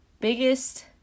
biggest